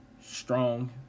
strong